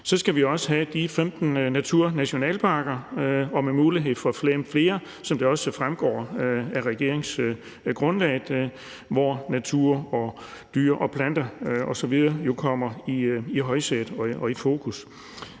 Så skal vi også have de 15 naturnationalparker med mulighed for flere, som det også fremgår af regeringsgrundlaget, hvor natur, dyr, planter osv. jo kommer i højsædet og i fokus.